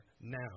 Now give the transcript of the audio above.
now